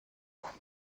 grande